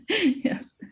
Yes